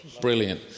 Brilliant